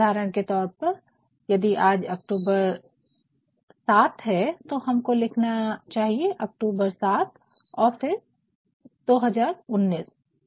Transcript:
उदाहरण के तौर पर यदि आज अक्टूबर 7th है तो हमको लिखना चाहिए अक्टूबर 7 और फिर २०१९